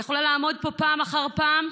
אני יכולה לעמוד פה פעם אחר פעם,